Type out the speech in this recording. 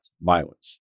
violence